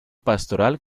pastoral